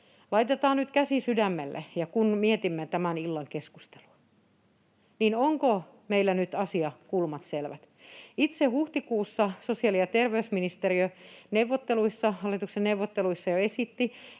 Laitetaan nyt käsi sydämelle, kun mietimme tämän illan keskustelua: onko meillä nyt asiakulmat selvät? Sosiaali‑ ja terveysministeriö itse esitti hallituksen neuvotteluissa jo